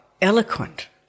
eloquent